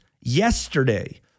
yesterday